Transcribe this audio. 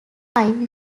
find